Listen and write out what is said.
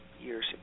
years